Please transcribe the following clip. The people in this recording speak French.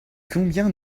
combien